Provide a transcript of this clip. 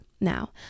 Now